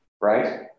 right